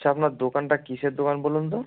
আচ্ছা আপনার দোকানটা কীসের দোকান বলুনতো